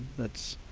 that's